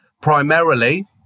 primarily